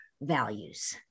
values